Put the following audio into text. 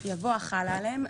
יבוא "החלה עליהם".